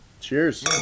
Cheers